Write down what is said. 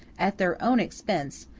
at their own expense,